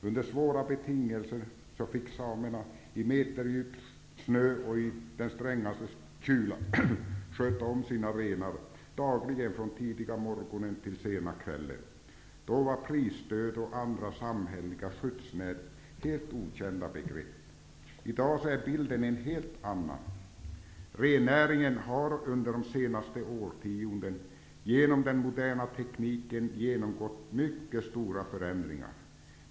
Under svåra betingelser fick samerna i meterdjup snö och i den strängaste kyla sköta om sina renar dagligen från tidigare morgonen till sena kvällen. Då var prisstöd och andra samhälleliga skyddsnät helt okända begrepp. I dag är bilden en helt annan. Rennäringen har under de senaste årtiondena genom den moderna tekniken genomgått mycket stora förändringar.